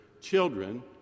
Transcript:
children